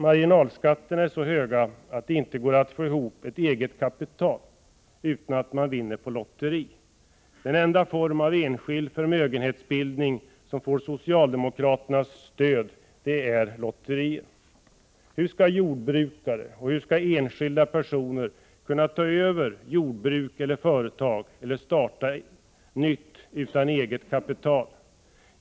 Marginalskatterna är så höga att det inte går att få ihop ett eget kapital utan att man vinner på lotteri. Den enda form av enskild förmögenhetsbildning som får socialdemokraternas stöd är lotterier! Hur skall jordbrukare och enskilda personer kunna ta över jordbruk eller företag eller starta nytt utan eget kapital?